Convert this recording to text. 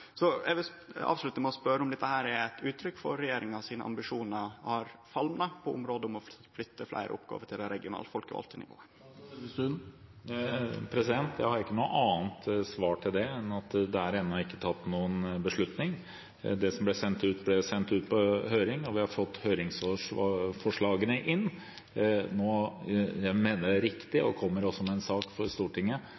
Eg vil avslutte med å spørje om dette er uttrykk for at regjeringa sine ambisjonar har falma på området som gjeld å flytte fleire oppgåver til det regionale, folkevalde niåvet? Jeg har ikke noe annet svar på det enn at det ennå ikke er tatt noen beslutning. Vi har fått inn høringsuttalelsene. Jeg mener det er riktig – jeg kommer også med en sak til Stortinget om dette – å gi en hjemmel i naturmangfoldloven. Jeg mener det er